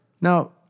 Now